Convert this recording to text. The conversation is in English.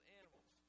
animals